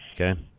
Okay